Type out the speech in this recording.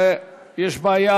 יש בעיה